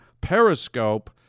Periscope